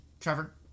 Trevor